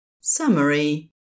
Summary